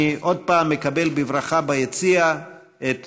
אני עוד פעם מקבל בברכה ביציע את